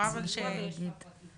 דקל העמותה הישראלית למען הילד בגיל הרך,